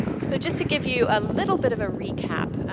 so just to give you a little bit of a recap.